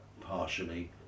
Partially